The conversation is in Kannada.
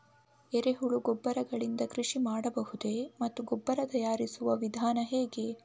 ಎರೆಹುಳು ಗೊಬ್ಬರ ಗಳಿಂದ ಕೃಷಿ ಮಾಡಬಹುದೇ ಮತ್ತು ಗೊಬ್ಬರ ತಯಾರಿಸುವ ವಿಧಾನ ಹೇಗೆ?